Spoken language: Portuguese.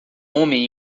homem